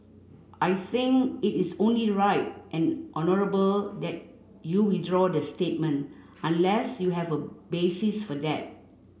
I think it is only right and honourable that you withdraw the statement unless you have a basis for that